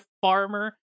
farmer